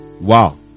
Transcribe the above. Wow